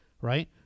right